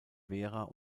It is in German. vera